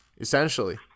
essentially